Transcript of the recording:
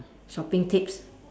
shopping tips